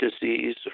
disease